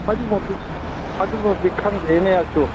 ꯑꯗꯨꯃꯛꯇꯤ ꯑꯗꯨꯃꯛꯇꯤ ꯈꯪꯗ꯭ꯔꯦꯅꯦ ꯑꯌꯥꯛꯁꯨ